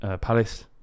Palace